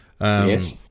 Yes